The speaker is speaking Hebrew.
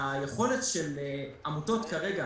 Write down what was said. היכולת של עמותות כרגע